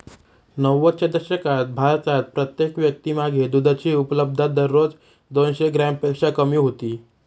नव्वदच्या दशकात भारतात प्रत्येक व्यक्तीमागे दुधाची उपलब्धता दररोज दोनशे ग्रॅमपेक्षा कमी होती